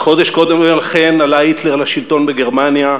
רק חודש קודם לכן עלה היטלר לשלטון בגרמניה,